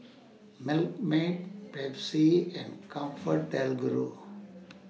Milkmaid Pepsi and ComfortDelGro